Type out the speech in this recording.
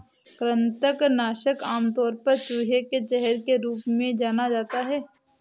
कृंतक नाशक आमतौर पर चूहे के जहर के रूप में जाना जाता है